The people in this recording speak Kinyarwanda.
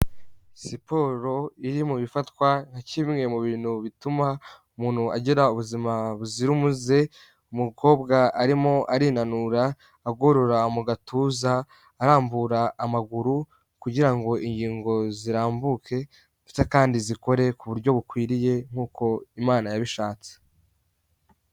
Siporo iri mu bifatwa nka kimwe mu bintu bituma umuntu agira ubuzima buzira umuze, umukobwa arimo arinanura agorora mu gatuza, arambura amaguru kugira ngo ingingo zirambuke ndetse kandi zikore ku buryo bukwiriye nk'uko imana yabishatse.